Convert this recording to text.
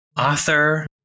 author